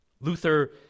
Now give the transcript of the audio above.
Luther